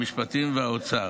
המשפטים והאוצר.